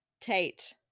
Tate